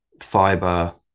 fiber